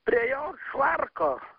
prie jo švarko